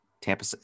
Tampa